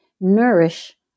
nourish